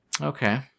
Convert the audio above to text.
Okay